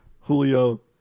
Julio